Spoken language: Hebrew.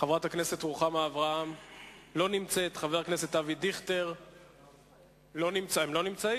ואולי אפילו היא תהיה ממשלה